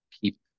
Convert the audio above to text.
keep